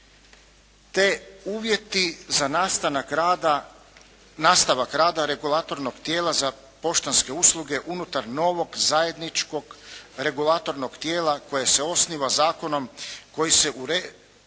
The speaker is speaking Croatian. Te uvjeti za nastavak rada regulatornog tijela za poštanske usluge unutar novog zajedničkog regulatornog tijela koje se osniva zakonom, kojim se uređuje